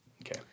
Okay